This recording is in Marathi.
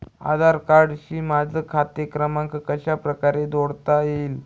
आधार कार्डशी माझा खाते क्रमांक कशाप्रकारे जोडता येईल?